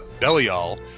Belial